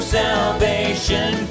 salvation